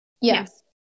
yes